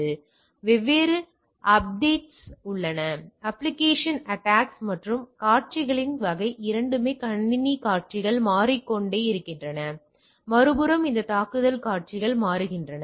வெவ்வேறு அப்டேட்ஸ்உள்ளன applications attacks மற்றும் காட்சிகளின் வகை இரண்டுமே கணினி காட்சிகள் மாறிக்கொண்டே இருக்கின்றன மறுபுறம் இந்த தாக்குதல் காட்சிகள் மாறுகின்றன